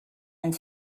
and